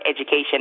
education